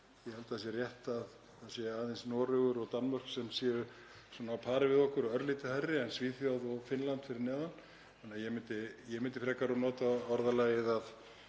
Ég held að það sé rétt að það séu aðeins Noregur og Danmörk sem séu svona á pari við okkur, örlítið hærri, en Svíþjóð og Finnland fyrir neðan. Ég myndi frekar nota orðalagið að